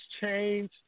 change